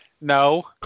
no